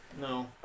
No